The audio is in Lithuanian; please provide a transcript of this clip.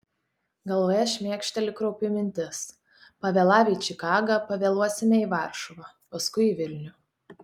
galvoje šmėkšteli kraupi mintis pavėlavę į čikagą pavėluosime į varšuvą paskui į vilnių